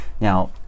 Now